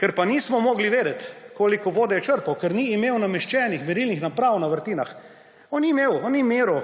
Ker pa nismo mogli vedeti, koliko vode je črpal, ker ni imel nameščenih merilnih naprav na vrtinah, on ni meril